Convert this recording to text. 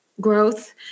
growth